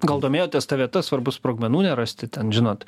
gal domėjotės ta vieta svarbu sprogmenų nerasti ten žinot